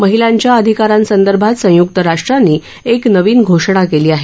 महिलांच्या अधिकारांसंदर्भात संयुक्त राष्ट्रांनी एक नवीन घोषणा केली आहे